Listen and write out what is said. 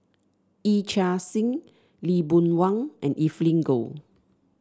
Yee Chia Hsing Lee Boon Wang and Evelyn Goh